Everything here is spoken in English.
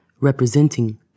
representing